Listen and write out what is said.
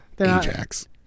AJAX